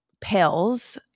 pills